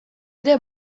ere